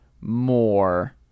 more